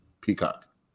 Peacock